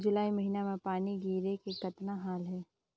जुलाई महीना म पानी गिरे के कतना हाल हे?